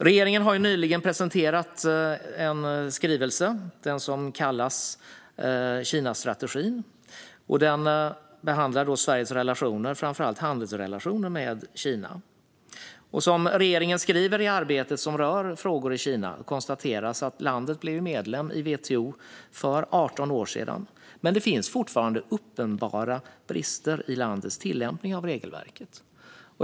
Regeringen har nyligen presenterat en skrivelse, den som kallas Kinastrategin och som behandlar Sveriges relationer - framför allt handelsrelationer - med Kina. Som regeringen konstaterar i Arbetet i frågor som rör Kina blev landet medlem i WTO för 18 år sedan, men det finns fortfarande uppenbara brister i landets tillämpning av regelverket.